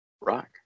Rock